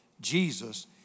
Jesus